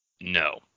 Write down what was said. No